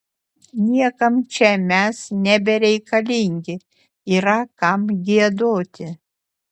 niekam čia mes nebereikalingi yra kam giedoti